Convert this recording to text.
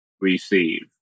Receive